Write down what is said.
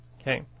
Okay